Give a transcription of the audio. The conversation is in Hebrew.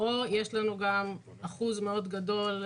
יש לנו גם אחוז מאוד גדול,